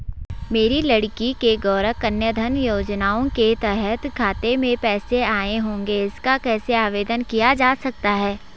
मेरी लड़की के गौंरा कन्याधन योजना के तहत खाते में पैसे आए होंगे इसका कैसे आवेदन किया जा सकता है?